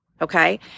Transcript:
Okay